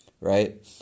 right